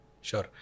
Sure